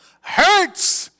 hurts